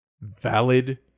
valid